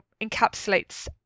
encapsulates